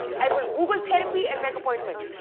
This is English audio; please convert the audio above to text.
i will google therapy and make appointment.